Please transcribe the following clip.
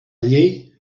llei